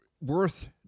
worth